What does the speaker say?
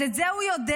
אז את זה הוא יודע.